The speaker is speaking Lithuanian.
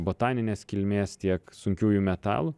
botaninės kilmės tiek sunkiųjų metalų